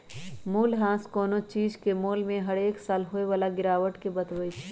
मूल्यह्रास कोनो चीज के मोल में हरेक साल होय बला गिरावट के बतबइ छइ